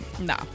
No